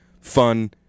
fun